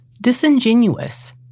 disingenuous